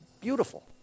beautiful